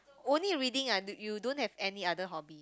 only reading ah you don't have any other hobby